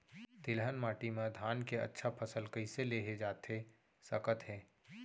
तिलहन माटी मा धान के अच्छा फसल कइसे लेहे जाथे सकत हे?